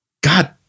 God